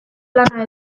lana